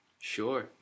sure